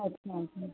अच्छा अच्छा